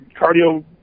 cardio